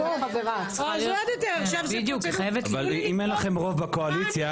אבל אם אין לכם רוב בקואליציה,